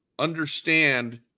Understand